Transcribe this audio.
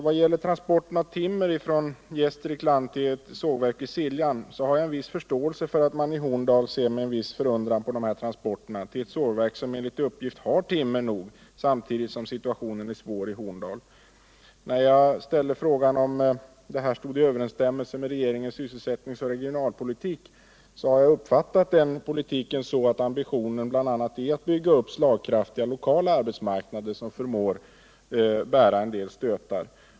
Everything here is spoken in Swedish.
Vad gäller transporten av timmer från Gästrikland till ett sågverk vid Siljan, har jag en viss förståelse för att man i Horndal ser med förundran på dessa transporter till ett sågverk som enligt uppgift har nog med timmer samtidigt som situationen är svår i Horndal. När jag ställde frågan om detta står i överensstämmelse med regeringens sysselsättningsoch regionalpolitik har jag uppfattat politiken så att ambitionen bl.a. är att bygga upp slagkraftiga lokala arbetsmarknader som förmår att ta stötar.